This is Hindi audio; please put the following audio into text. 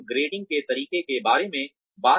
हम ग्रेडिंग के तरीकों के बारे में बात कर रहे थे